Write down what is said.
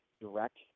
direct